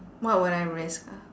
what will I risk ah